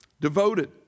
devoted